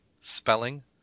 spelling